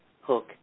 hook